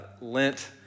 Lent